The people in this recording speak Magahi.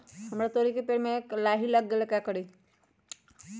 हमरा तोरी के पेड़ में लाही लग गेल है का करी?